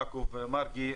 יעקב מרגי,